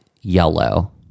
Yellow